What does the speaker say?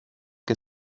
que